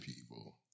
people